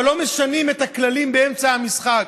אבל לא משנים את הכללים באמצע המשחק.